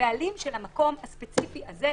הבעלים של המקום הספציפי הזה,